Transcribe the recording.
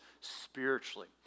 spiritually